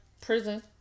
prison